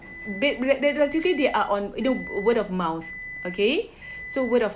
they they actually they are on word of mouth okay so word of